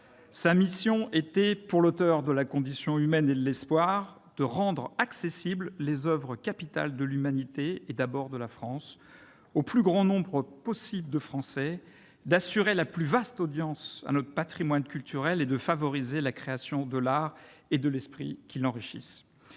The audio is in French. sa mission était, pour l'auteur de et de, « de rendre accessibles les oeuvres capitales de l'humanité, et d'abord de la France, au plus grand nombre possible de Français ; d'assurer la plus vaste audience à notre patrimoine culturel, et de favoriser la création des oeuvres de l'art et de l'esprit qui l'enrichissent